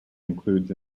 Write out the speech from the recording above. includes